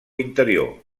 interior